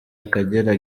akagera